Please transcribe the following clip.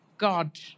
God